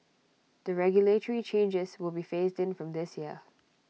the regulatory changes will be phased in from this year